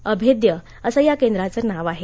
अभेद्य असं या केंद्राच नावं आहे